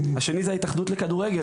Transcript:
השני זה ההתאחדות לכדורגל,